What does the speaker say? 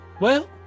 Well